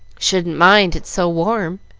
shouldn't mind, its so warm.